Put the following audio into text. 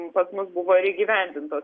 pas mus buvo ir įgyvendintos